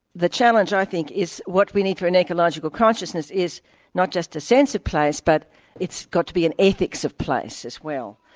the challenge i think is what we need for an ecological consciousness is not just a sense of place but it's got to be an ethics of place as well.